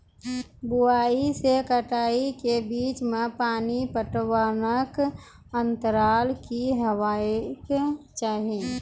बुआई से कटाई के बीच मे पानि पटबनक अन्तराल की हेबाक चाही?